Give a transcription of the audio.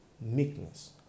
meekness